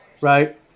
right